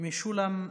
משולם נהרי.